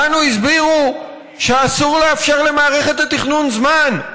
לנו הסבירו שאסור לאפשר למערכת התכנון זמן,